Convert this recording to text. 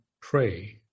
pray